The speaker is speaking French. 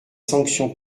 sanctions